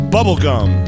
Bubblegum